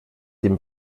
dem